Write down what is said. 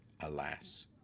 Alas